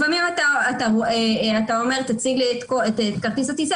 לפעמים אתה אומר תציג לי את כרטיס הטיסה